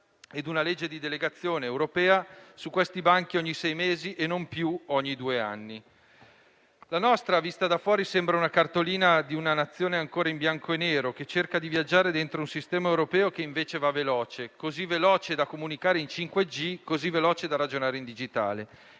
e una legge di delegazione europea su questi banchi ogni sei mesi e non più ogni due anni. La nostra, vista da fuori, sembra la cartolina di una Nazione ancora in bianco e nero, che cerca di viaggiare dentro un sistema europeo che invece va veloce; così veloce da comunicare in 5G, così veloce da ragionare in digitale.